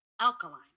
alkaline